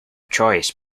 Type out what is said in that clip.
choice